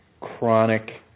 chronic